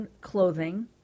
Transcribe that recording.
clothing